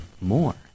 more